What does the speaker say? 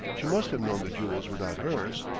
she must have known the jewels were not hers.